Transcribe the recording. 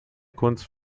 kunst